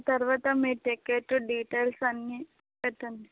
తర్వాత మీ ticket details అన్నీ పెట్టండి